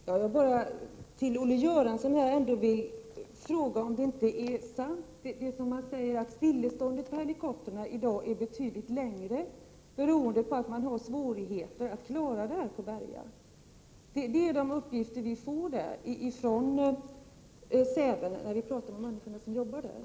Herr talman! Jag vill ändå fråga Olle Göransson om det inte är riktigt att dröjsmålet när det gäller helikoptrar, som i dag är betydligt längre än tidigare, beror på svårigheterna att klara arbetet på Berga. När vi talar med de människor som arbetar på Säve får vi den informationen.